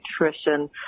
nutrition